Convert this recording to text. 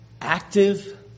active